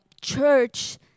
church